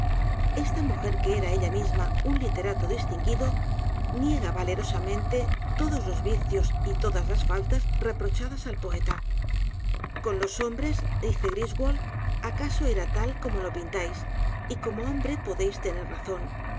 a mujer que era ella misma un literato distinguido niega valerosamente todos los vicios y todas las faltas reprochadas al poeta con los hombres dice á griswold acaso era tal como lo pintáis y como hombre podéis tener razón